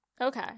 Okay